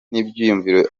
n’ibyiyumviro